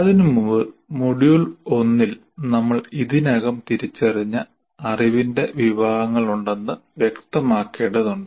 അതിനുമുമ്പ് മൊഡ്യൂൾ 1 ൽ നമ്മൾ ഇതിനകം തിരിച്ചറിഞ്ഞ അറിവിന്റെ വിഭാഗങ്ങളുണ്ടെന്ന് വ്യക്തമാക്കേണ്ടതുണ്ട്